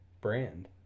brand